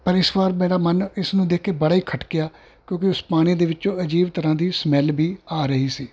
ਪਰ ਇਸ ਵਾਰ ਮੇਰਾ ਮਨ ਇਸ ਨੂੰ ਦੇਖ ਕੇ ਬੜਾ ਹੀ ਖਟਕਿਆ ਕਿਉਂਕਿ ਉਸ ਪਾਣੀ ਦੇ ਵਿੱਚੋਂ ਅਜੀਬ ਤਰ੍ਹਾਂ ਦੀ ਸਮੈਲ ਵੀ ਆ ਰਹੀ ਸੀ